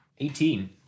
Eighteen